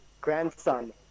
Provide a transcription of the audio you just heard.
Grandson